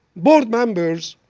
board members,